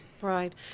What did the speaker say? Right